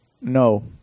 No